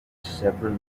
several